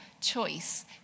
choice